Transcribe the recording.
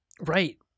right